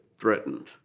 threatened